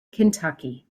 kentucky